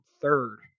third